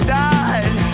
died